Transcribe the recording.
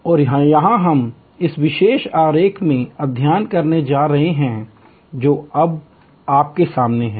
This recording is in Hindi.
और यह हम इस विशेष आरेख में अध्ययन करने जा रहे हैं जो अब आपके सामने है